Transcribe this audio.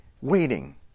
waiting